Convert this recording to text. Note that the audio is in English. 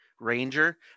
ranger